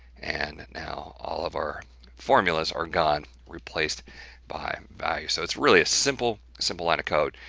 and now all of our formulas are gone replaced by value. so it's really a simple, simple line of code.